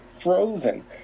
frozen